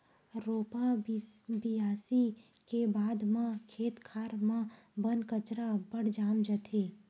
रोपा बियासी के बाद म खेत खार म बन कचरा अब्बड़ जाम जाथे